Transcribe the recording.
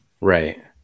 Right